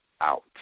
out